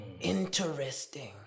Interesting